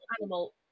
animal